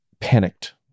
panicked